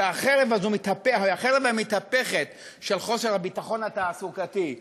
החרב המתהפכת של חוסר הביטחון התעסקותי.